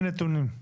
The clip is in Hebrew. אין נתונים.